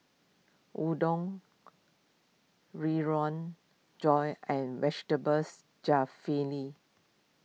Udon Josh and Vegetables Jalfrezi